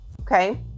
okay